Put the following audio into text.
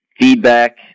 feedback